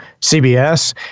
CBS